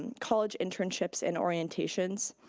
and college internships and orientations,